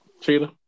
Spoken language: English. Cheetah